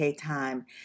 Time